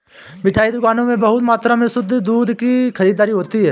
मिठाई दुकानों में बहुत मात्रा में शुद्ध दूध की खरीददारी होती है